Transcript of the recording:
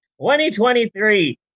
2023